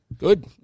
Good